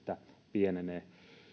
pienenee